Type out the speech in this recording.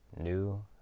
New